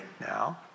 now